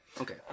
Okay